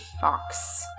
fox